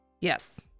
yes